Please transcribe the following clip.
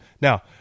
Now